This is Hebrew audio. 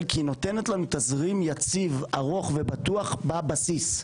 כי היא נותנת לנו תזרים יציב ארוך ובטוח בבסיס,